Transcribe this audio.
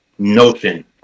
notion